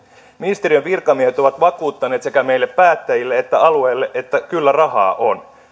ministeriön virkamiehet ovat vakuuttaneet sekä meille päättäjille että alueille että kyllä rahaa on